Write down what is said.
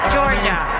Georgia